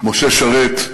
משה שרת,